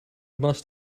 must